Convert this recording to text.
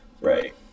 Right